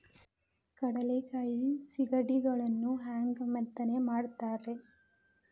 ಕಡಲೆಕಾಯಿ ಸಿಗಡಿಗಳನ್ನು ಹ್ಯಾಂಗ ಮೆತ್ತನೆ ಮಾಡ್ತಾರ ರೇ?